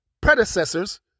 predecessors